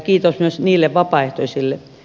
kiitos myös niille vapaaehtoisille